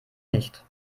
nicht